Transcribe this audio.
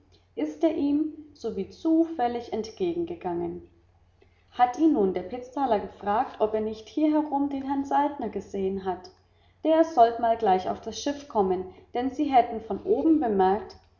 ist er ihm so wie zufällig entgegengegangen hat ihn nun der pitzthaler gefragt ob er nicht hier herum den herrn saltner gesehen hat der sollt mal gleich auf das schiff kommen denn sie hätten von oben bemerkt